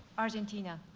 argentina.